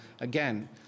again